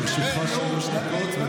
לרשותך שלוש דקות.